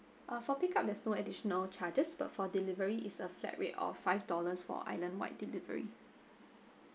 uh for pick up there's no additional charges but for delivery is a flat rate of five dollars for island wide delivery